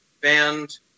band